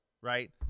right